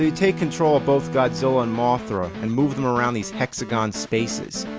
take control of both godzilla and mothra and move them around these hexagons spaces.